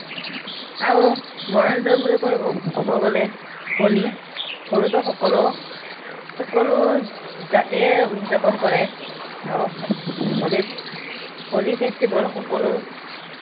আৰু মনোৰঞ্জন বুলি ক'ব গ'লে হোলী হোলীটো সকলো সকলো জাতিয়েই উদযাপন কৰে আৰু হোলীত হোলী ফেষ্টিভেল সকলো